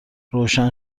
روشن